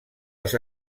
les